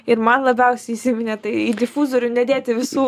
ir man labiausiai įsiminė tai į difuzorių nedėti visų